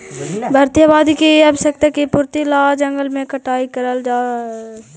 बढ़ती आबादी की आवश्यकता की पूर्ति ला जंगल के कटाई करल जा रहलइ हे